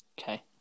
Okay